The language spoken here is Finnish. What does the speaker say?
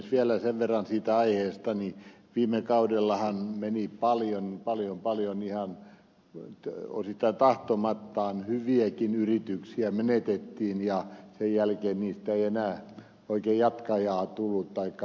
vielä sen verran siitä aiheesta että viime kaudellahan meni paljon paljon paljon ihan osittain tahtomattaan hyviäkin yrityksiä menetettiin ja sen jälkeen niistä ei enää oikein jatkajaa tullut aika